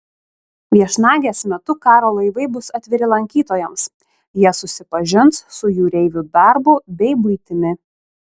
viešnagės metu karo laivai bus atviri lankytojams jie susipažins su jūreivių darbu bei buitimi